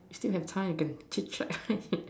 still have time can chit chat